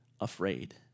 afraid